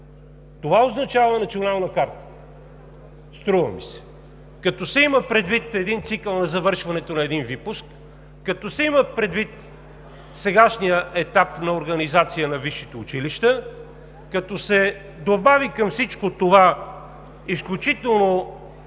Това означава Национална карта, струва ми се. Като се има предвид един цикъл на завършването на един випуск, като се има предвид сегашният етап на организация на висшите училища, като се добави към всичко това изключително